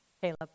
Caleb